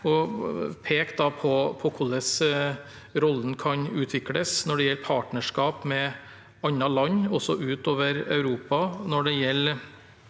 og pekte på hvordan rollen kan utvikles når det gjelder partnerskap med andre land, også utover Europa. Når det gjelder